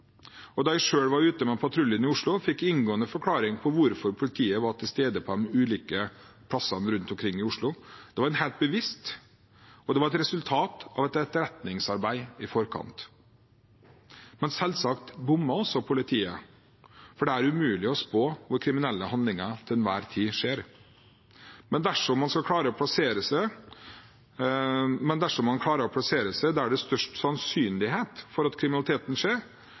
Da jeg selv var ute med patruljen i Oslo, fikk jeg inngående forklaring på hvorfor politiet var til stede på de ulike stedene rundt omkring i Oslo. Det var helt bevisst, og det var et resultat av et etterretningsarbeid i forkant. Selvsagt bommer også politiet, for det er umulig å spå hvor kriminelle handlinger skjer til enhver tid, men dersom man klarer å plassere seg der det er størst sannsynlighet for at kriminaliteten skjer, da vil det ha en forebyggende effekt. Men dette er også veldig vanskelig å måle, for